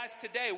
today